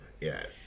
Yes